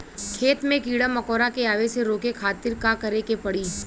खेत मे कीड़ा मकोरा के आवे से रोके खातिर का करे के पड़ी?